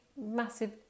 massive